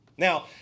Now